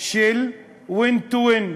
של win-win.